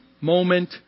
moment